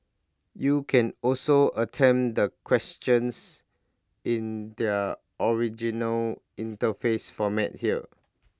you can also attempt the questions in their original interface format here